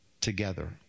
together